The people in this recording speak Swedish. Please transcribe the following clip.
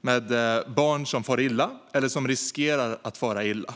med barn som far illa eller som riskerar att fara illa.